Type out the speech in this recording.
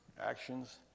Actions